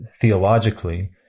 theologically